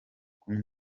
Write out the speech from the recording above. kumi